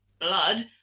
blood